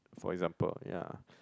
for example ya